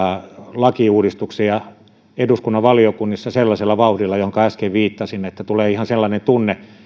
lakiuudistuksia eduskunnan valiokunnissa sellaisella vauhdilla johonka äsken viittasin että tulee ihan sellainen tunne